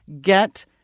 get